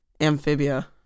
Amphibia